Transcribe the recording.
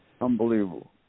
Unbelievable